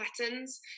patterns